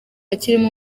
kirimo